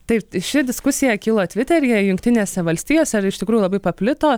taip ši diskusija kilo tviteryje jungtinėse valstijose ir iš tikrųjų labai paplito